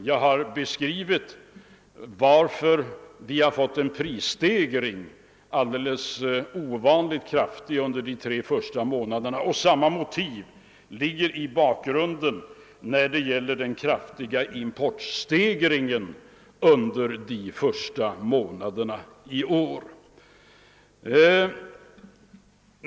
Jag har förklarat varför vi fått en alldeles ovanligt kraftig prisstegring under de tre första månaderna, och samma motiv finns i bakgrunden beträffande den kraftiga importstegringen under samma tid.